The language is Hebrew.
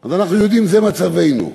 אנחנו יודעים, זה מצבנו.